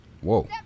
Whoa